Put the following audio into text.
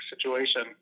situation